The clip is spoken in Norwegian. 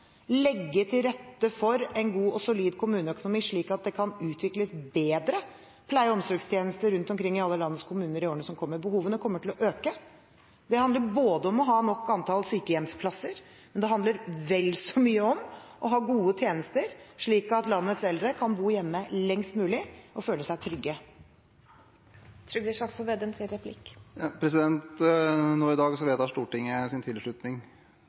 legge til rette for en god og solid kommuneøkonomi slik at det kan utvikles bedre pleie- og omsorgstjenester rundt omkring i alle landets kommuner i årene som kommer. Behovene kommer til å øke. Det handler om å ha nok antall sykehjemsplasser, men det handler vel så mye om å ha gode tjenester, slik at landets eldre kan bo hjemme lengst mulig og føle seg trygge. I dag vedtar Stortinget sin tilslutning til